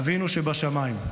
אבינו שבשמיים,